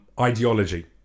Ideology